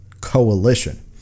coalition